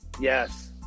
Yes